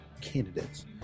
candidates